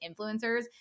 influencers